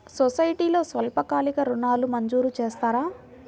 సొసైటీలో స్వల్పకాలిక ఋణాలు మంజూరు చేస్తారా?